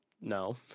No